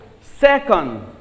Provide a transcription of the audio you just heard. Second